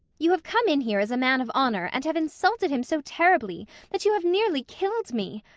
you have come in here as a man of honour and have insulted him so terribly that you have nearly killed me.